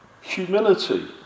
Humility